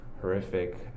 horrific